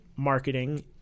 marketing